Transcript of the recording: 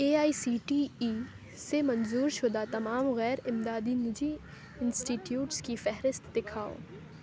a I C T E سے منظور شدہ تمام غیر امدادی نجی انسٹی ٹیوٹس کی فہرست دکھاؤ